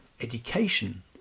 education